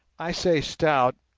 i say stout,